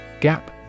Gap